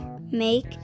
make